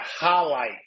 highlight